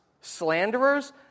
slanderers